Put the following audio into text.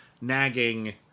nagging